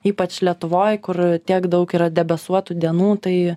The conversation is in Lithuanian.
ypač lietuvoj kur tiek daug yra debesuotų dienų tai